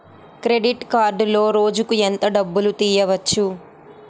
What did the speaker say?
Credit కార్డులో రోజుకు ఎంత డబ్బులు తీయవచ్చు?